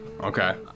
okay